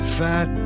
fat